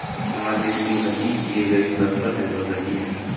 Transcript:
हमारे देश की उन्नति दिए गए कर पर निर्भर करती है